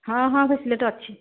ହଁ ହଁ ଫେସିଲିଟି ଅଛି